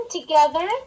together